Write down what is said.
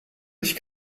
dich